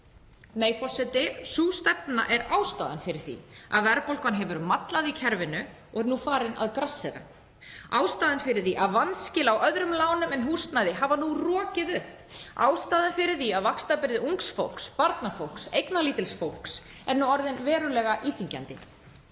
Nei, forseti. Sú stefna er ástæðan fyrir því að verðbólgan hefur mallað í kerfinu og er nú farin að grassera. Það er ástæðan fyrir því að vanskil á öðrum lánum en húsnæði hafa nú rokið upp, ástæðan fyrir því að vaxtabyrði ungs fólks, barnafólks, eignalítils fólks, er orðin verulega íþyngjandi.